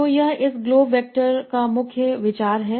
तो यह इस ग्लोव वैक्टर का मुख्य विचार है